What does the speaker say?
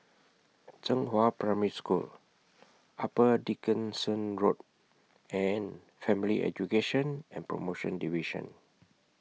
Zhenghua Primary School Upper Dickson Road and Family Education and promotion Division